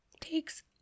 takes